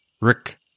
Rick